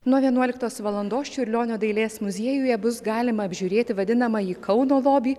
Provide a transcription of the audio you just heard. nuo vienuoliktos valandos čiurlionio dailės muziejuje bus galima apžiūrėti vadinamąjį kauno lobį